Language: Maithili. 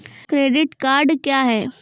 क्रेडिट कार्ड क्या हैं?